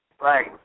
Right